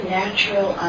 natural